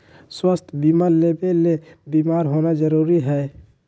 स्वास्थ्य बीमा लेबे ले बीमार होना जरूरी हय?